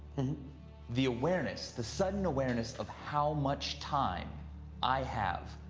the awareness, the sudden awareness of how much time i have.